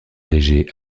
léger